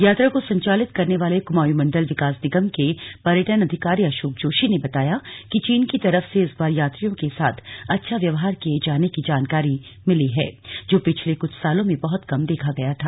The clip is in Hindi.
यात्रा को संचालित करने वाले कुमायु मंडल विकास निगम के पर्यटन अधिकारी अशोक जोशी ने बताया की चीन की तरफ से इस बार यात्रियों के साथ अच्छा व्यवहार किये जाने की जानकारी मिली है जो पिछले कुछ सालों में बहत कम देखा गया था